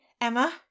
Emma